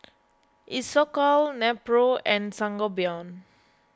Isocal Nepro and Sangobion